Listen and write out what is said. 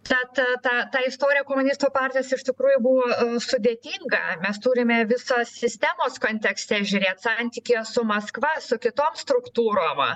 tad ta ta istorija komunistų partijos iš tikrųjų buvo sudėtinga mes turime visos sistemos kontekste žiūrėt santykyje su maskva su kitom struktūrom